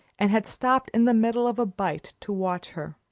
and had stopped in the middle of a bite to watch her.